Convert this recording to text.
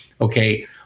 okay